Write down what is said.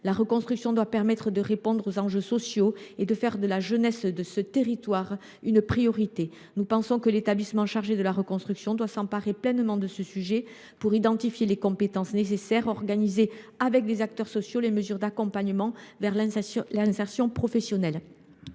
La reconstruction doit permettre de répondre aux enjeux sociaux et de faire de la jeunesse de ce territoire une priorité. Nous considérons que l’établissement chargé de la reconstruction doit s’emparer pleinement de ce sujet pour identifier les compétences nécessaires et pour définir avec les acteurs sociaux des mesures d’accompagnement vers l’insertion professionnelle.